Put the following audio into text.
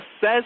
says